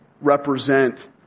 represent